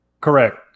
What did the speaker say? Correct